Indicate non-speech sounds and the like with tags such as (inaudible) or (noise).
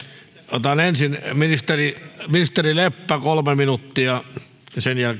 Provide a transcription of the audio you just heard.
otetaan ensin ministeri leppä kolme minuuttia ja (unintelligible)